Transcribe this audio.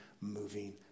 moving